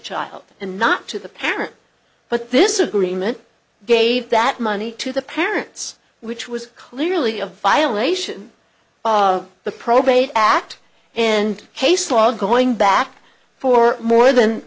child and not to the parent but this agreement gave that money to the parents which was clearly a violation of the probate act and case law going back for more than